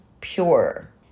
pure